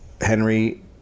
Henry